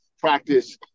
practice